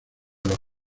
los